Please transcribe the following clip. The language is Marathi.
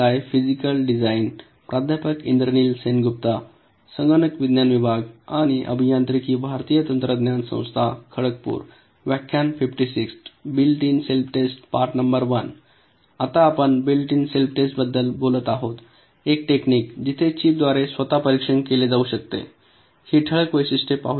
आता आपण बिल्ट इन सेल्फ टेस्ट बद्दल बोलत आहोत एक टेक्निक जिथे चिपद्वारे स्वतः परीक्षण केले जाऊ शकते ही ठळक वैशिष्ट्ये पाहूया